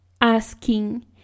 asking